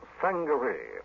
Sangaree